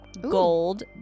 gold